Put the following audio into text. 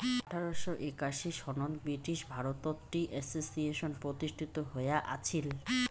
আঠারোশ একাশি সনত ব্রিটিশ ভারতত টি অ্যাসোসিয়েশন প্রতিষ্ঠিত হয়া আছিল